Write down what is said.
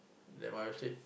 then my wife said